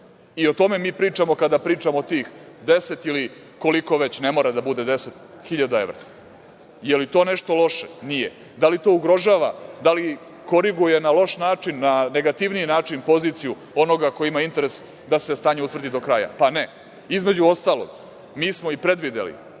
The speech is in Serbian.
tome mi pričamo kada pričamo tih 10 ili koliko već, ne mora da bude 10.000 evra. Da li je to nešto loše? Nije. Da li to ugrožava, da li koriguje na loš način, na negativniji način poziciju onoga koji ima interes da se stanje utvrdi do kraja? Ne. Između ostalog, mi smo i predvideli